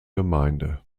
gemeinde